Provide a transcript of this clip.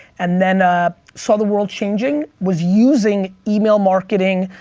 and then ah saw the world changing. was using email marketing,